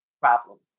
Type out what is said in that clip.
Problem